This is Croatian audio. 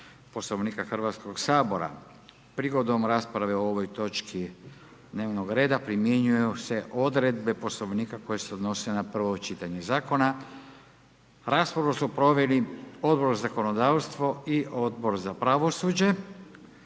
Poslovnika Hrvatskog sabora. Prigodom rasprave o ovoj točki dnevnog reda primjenjuju se odredbe Poslovnika koje se odnose na prvo čitanje zakona. Raspravu su proveli Odbor za zakonodavstvo i Odbor za pravosuđe.